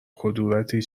کدورتی